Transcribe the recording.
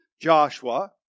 Joshua